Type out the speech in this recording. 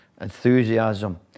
enthusiasm